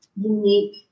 unique